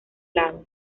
lados